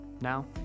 Now